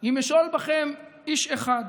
אם משֹׁל בכם איש אחד